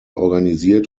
organisiert